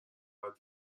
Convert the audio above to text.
رود